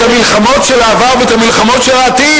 את המלחמות של העבר ואת המלחמות של העתיד?